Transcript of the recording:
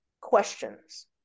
questions